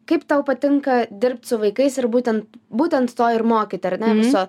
kaip tau patinka dirbt su vaikais ir būtent būtent to ir mokyt ar ne viso